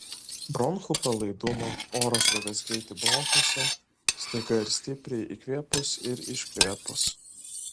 bronchų pralaidumą oro srovės greitį bronchuose staiga ir stipriai įkvėpus ir iškvėpus